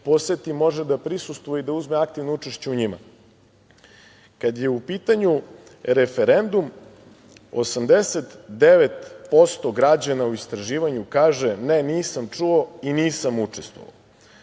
poseti, može da prisustvuje i da uzme aktivno učešće u njima. Kada je u pitanju referendum 89% građana u istraživanju kaže – ne nisam čuo i nisam učestvovao,